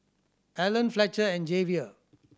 Alan Fletcher and Javier